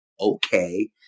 okay